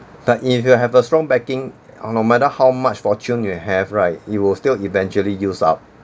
but if you have a strong backing or no matter how much fortune you have right it will still eventually use up